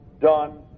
done